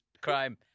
crime